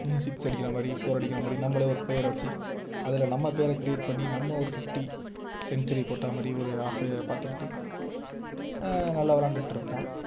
six அடிக்கிற மாதிரி four அடிக்கிற மாதிரி நம்மளே ஒரு ப்ளேயர வச்சு அதில் நம்ம பேரை க்ரியேட் பண்ணி நம்ம ஒரு ஃபிஃப்ட்டி செஞ்சுரி போட்ட மாதிரி ஒரு ஆசையாக பார்த்துக்கிட்டு நல்லா விளாண்டுட்டு இருப்போம்